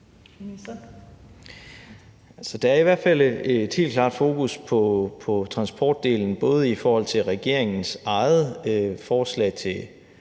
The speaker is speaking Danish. der er i hvert fald et helt klart fokus på transportdelen, både i forhold til regeringens eget forslag til